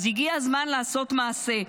אז הגיע הזמן לעשות מעשה.